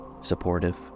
supportive